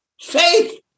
Faith